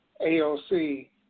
AOC